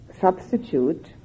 substitute